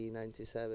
1997